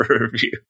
review